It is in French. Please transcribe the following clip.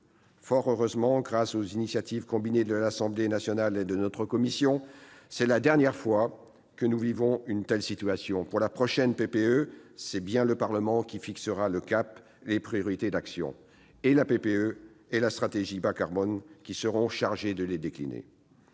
Fort heureusement, grâce aux initiatives combinées de l'Assemblée nationale et de notre commission, c'est la dernière fois que nous vivons une telle situation : pour la prochaine PPE, c'est bien le Parlement qui fixera le cap et les priorités d'action, et ce sont la PPE et la stratégie bas-carbone qui seront chargées de les décliner